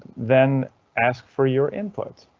then ask for your input.